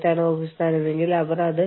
ഇപ്പോൾ ഇത് വളരെ വളരെ പ്രധാനമാണ്